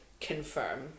confirm